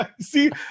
See